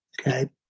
Okay